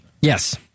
Yes